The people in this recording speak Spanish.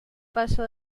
paso